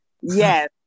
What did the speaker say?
yes